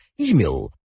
email